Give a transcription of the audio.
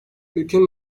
ülkenin